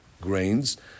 grains